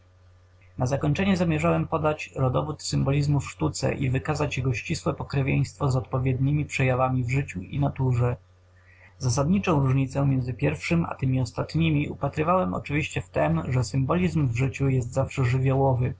na zakończenie zamierzałem podać rodowód symbolizmu w sztuce i wykazać jego ścisłe pokrewieństwo z odpowiednimi przejawami w życiu i naturze zasadniczą różnicę między pierwszym a tymi ostatnimi upatrywałem oczywiście w tem że symbolizm w życiu jest zawsze żywiołowy